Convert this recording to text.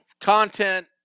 content